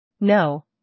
No